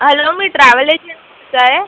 hello मी travel एजंटशी आहे